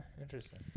interesting